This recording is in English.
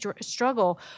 struggle